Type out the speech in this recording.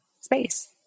space